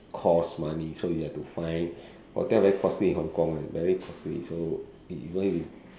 cost money so you have to find hotel very costly in Hong-Kong [one] very costly so even if